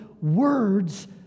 words